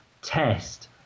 test